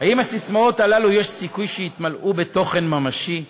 האם הססמאות הללו, יש סיכוי שיתמלאו בתוכן ממשי,